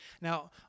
Now